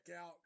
out